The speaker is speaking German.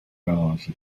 garage